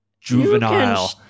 juvenile